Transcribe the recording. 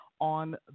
on